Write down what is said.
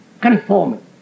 conforming